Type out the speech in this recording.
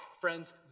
Friends